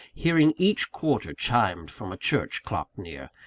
hearing each quarter chimed from a church clock near,